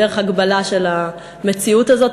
דרך הגבלה של המציאות הזאת.